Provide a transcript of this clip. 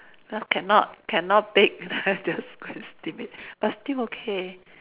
ah cannot cannot bake lah I just go and steam it but still okay